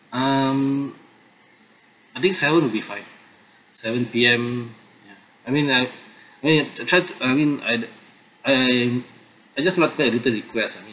um I think seven will be fine s~ seven P_M ya I mean uh I mean try to I mean I'd I I just wanted to make a request I mean